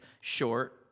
short